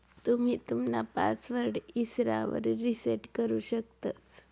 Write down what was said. तुम्ही तुमना पासवर्ड इसरावर रिसेट करु शकतंस